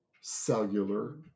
cellular